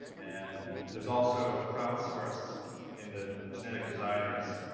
and there's also crowd-source in the genetic designers,